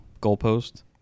goalpost